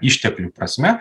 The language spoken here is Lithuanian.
išteklių prasme